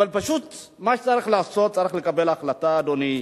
אבל פשוט, מה שצריך לעשות זה לקבל החלטה, אדוני.